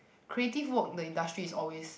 creative work in the industry is always